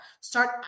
start